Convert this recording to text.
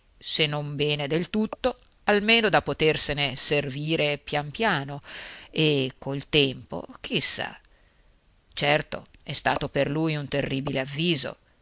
se non bene del tutto almeno da potersene servire pian piano e col tempo chi sa certo è stato per lui un terribile avviso